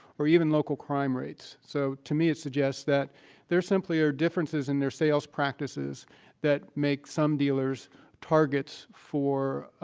or even local crime rates. so to me it suggests that there simply are differences in their sales practices that make some dealers targets for,